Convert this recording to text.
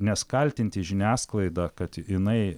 nes kaltinti žiniasklaidą kad jinai